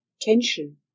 tension